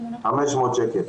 500 שקלים.